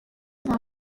nta